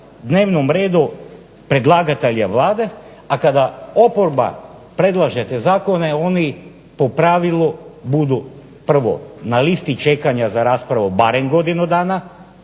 dnevnom redu predlagatelja Vlade, a kada oporba predlaže te zakone oni po pravilu budu prvo na listi čekanja za raspravu barem godinu dana